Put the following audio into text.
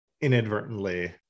inadvertently